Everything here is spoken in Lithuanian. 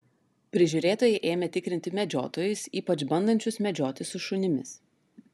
prižiūrėtojai ėmė tikrinti medžiotojus ypač bandančius medžioti su šunimis